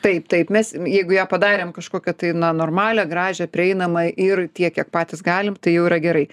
taip taip mes jeigu ją padarėm kažkokią tai na normalią gražią prieinamą ir tiek kiek patys galim tai jau yra gerai